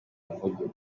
muhogo